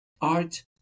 art